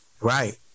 Right